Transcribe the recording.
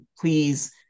please